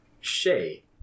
Shay